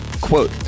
quote